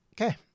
Okay